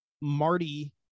Marty